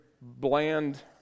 bland